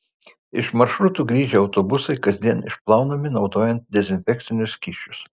iš maršrutų grįžę autobusai kasdien išplaunami naudojant dezinfekcinius skysčius